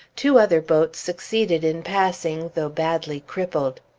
two other boats succeeded in passing, though badly crippled.